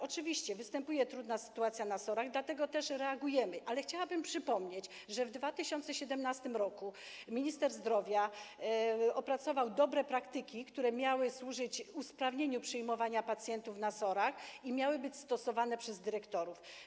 Oczywiście występuje trudna sytuacja na SOR-ach, dlatego też reagujemy, ale chciałabym przypomnieć, że w 2017 r. minister zdrowia opracował dobre praktyki, które miały służyć usprawnieniu przyjmowania pacjentów na SOR-ach i miały być stosowane przez dyrektorów.